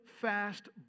fast